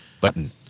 button